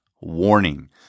warning